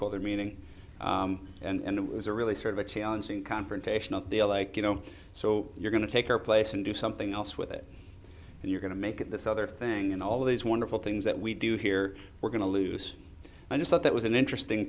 their meaning and it was a really sort of a confrontational feel like you know so you're going to take our place and do something else with it and you're going to make it this other thing and all these wonderful things that we do here we're going to lose i just thought that was an interesting